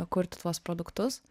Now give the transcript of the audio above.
kurti tuos produktus